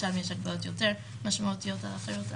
שם יש הגבלות יותר משמעותיות על החירות,